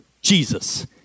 Jesus